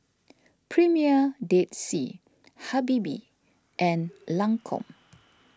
Premier Dead Sea Habibie and Lancome